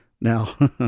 Now